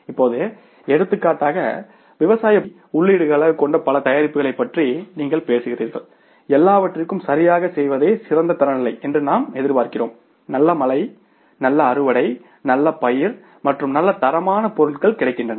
இப்போது எடுத்துக்காட்டாக விவசாயப் பொருள்களை உள்ளீடாகக் கொண்ட பல தயாரிப்புகளைப் பற்றி நீங்கள் பேசுகிறீர்கள் எல்லாவற்றையும் சரியாகச் செய்வதே சிறந்த தரநிலை என்று நாம் எதிர்பார்க்கிறோம் நல்ல மழை நல்ல அறுவடை நல்ல பயிர் மற்றும் நல்ல தரமான பொருட்கள் கிடைக்கின்றன